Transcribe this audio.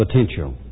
potential